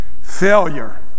Failure